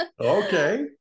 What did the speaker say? Okay